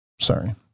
Sorry